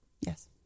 Yes